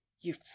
You